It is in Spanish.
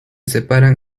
separan